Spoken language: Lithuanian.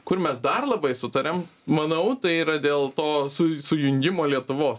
kur mes dar labai sutariam manau tai yra dėl to suj sujungimo lietuvos